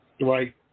Right